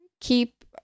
keep